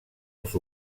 els